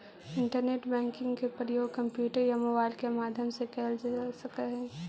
internet banking के प्रयोग computer या मोबाइल के माध्यम से कैल जा सकऽ हइ